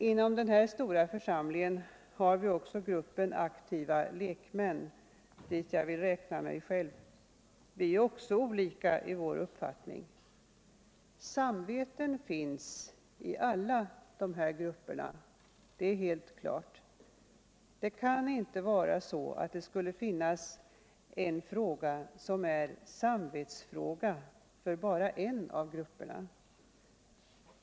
Inom den här stora församlingen har vi också gruppen aktiva lekmän, dit jag vill räkna mig själv. Vi är också olika i våra uppfattningar. Samveten finns i alla de här grupperna: det är helt klart. Det kan inte vara så att det finns 2n fråga som är en samvetstråga för bara ev av grupperna.